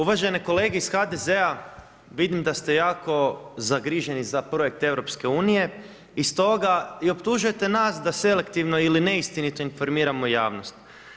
Uvažene kolege iz HDZ-a, vidim da ste jako zagriženi za projekt EU, i stoga i optužujete nas da selektivno ili neistinito informiramo javnost.